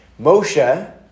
Moshe